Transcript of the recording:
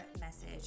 message